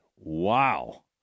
Wow